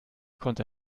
konnte